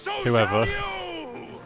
whoever